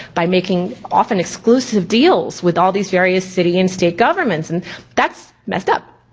by making often exclusive deals with all these various city and state governments and that's messed up.